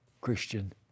Christian